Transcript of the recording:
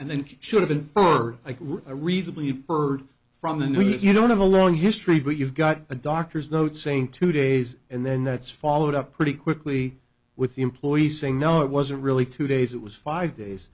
and then you should have inferred a reasonably infer from the news you don't have a long history but you've got a doctor's note saying two days and then that's followed up pretty quickly with the employees saying no it wasn't really two days it was five days